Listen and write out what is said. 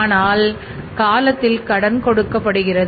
ஆனால் கால கெடுவுடன் கடன் கொடுக்கப்படுகிறது